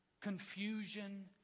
confusion